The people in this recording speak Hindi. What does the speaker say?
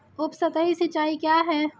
उपसतही सिंचाई क्या है?